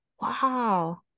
Wow